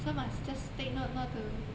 so must just take note not to